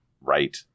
Right